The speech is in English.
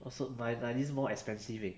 also but like this more expensive leh